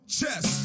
Chess